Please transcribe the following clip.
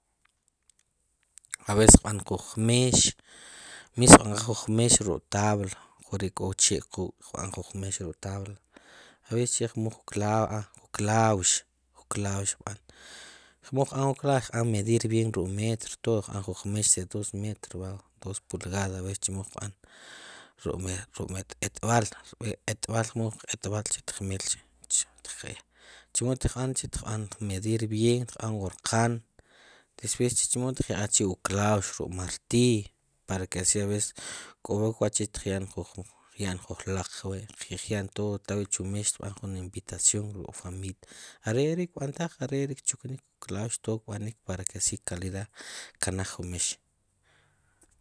A veces qb'an juq mex, mismo qb'anqaj juq mex ruk' tabla, ajk'ori' k'o che' quk', qb'an juq mex ruk' tabla a veces che qmul ju clavo, ju klawx, chemo qb'an ruk' klawx, qb'an medir bien ruk' metro todo qb'an juq mex che de dos metros, dos pulgadas, a veces chemo qb'an ruk' metro, etb'al rb'i, etb'al qmul, etb'al tmel chi' tq, chemo tqb'an chi', tqb'an m. edir bien, tqb'aan wur qaan, después chi, chi' chemoo tqyaqaj wu klawx ruk' martillo, para que así a veces k'o wachi' tqya'n ju laq wi', ki'qya'n todo tlawi' chu mex, sb'an jun invitación ruk' familia are' ri jb'antaj are' ri' kchuknik, ju klawx todo kb'anik para que así calidad kkanaj ju mex